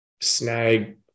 snag